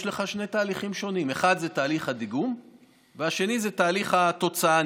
יש לך שני תהליכים שונים: אחד זה תהליך הדיגום והשני זה תהליך התוצאה,